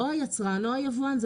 או היצרן או היבואן.